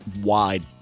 wide